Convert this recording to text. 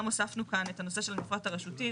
גם הוספנו כאן את הנושא של המפרט הרשותי.